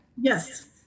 Yes